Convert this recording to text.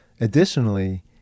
Additionally